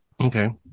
Okay